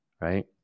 right